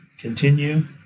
continue